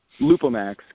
Lupomax